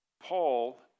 Paul